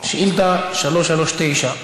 שאילתה 339,